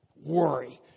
Worry